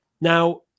Now